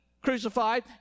Crucified